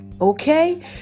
okay